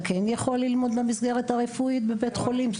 כן יכול ללמוד במסגרת הרפואית בבית החולים?